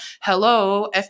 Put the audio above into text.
Hello